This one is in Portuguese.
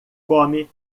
come